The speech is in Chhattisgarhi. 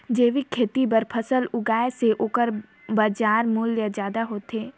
जैविक खेती बर फसल उगाए से ओकर बाजार मूल्य ज्यादा होथे